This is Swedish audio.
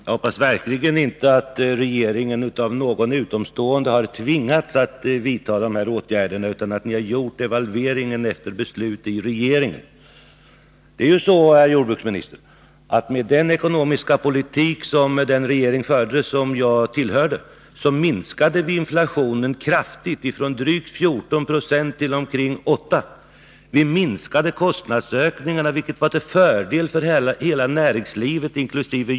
Herr talman! Jag hoppas verkligen inte att regeringen av någon utomstående har tvingats att vidta de här åtgärderna, utan att ni har gjort devalveringen efter beslut i regeringen. Med den ekonomiska politik som den regering förde som jag tillhörde minskade vi inflationen kraftigt, från drygt 14 2 till omkring 8 7. Vi minskade kostnadsökningarna, vilket var till fördel för hela näringslivet inkl.